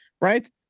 right